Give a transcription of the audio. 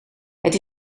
het